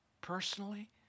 personally